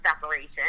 separation